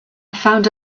found